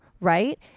Right